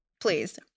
please